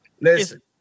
Listen